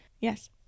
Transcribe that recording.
yes